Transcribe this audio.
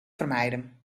vermijden